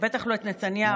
ובטח לא את נתניהו,